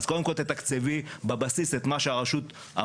אז קודם כל תתקצבי בבסיס את מה שהרשות אמורה,